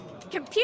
Computer